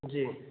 जी